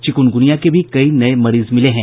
chikungunya के भी कई नये मरीज मिले हैं